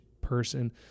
person